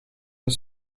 een